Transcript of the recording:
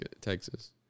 Texas